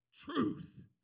Truth